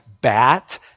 BAT